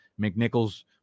McNichols